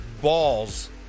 balls